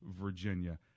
Virginia